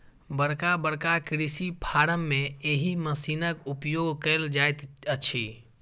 बड़का बड़का कृषि फार्म मे एहि मशीनक उपयोग कयल जाइत अछि